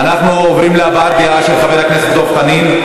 אנחנו עוברים להבעת דעה של חבר הכנסת דב חנין.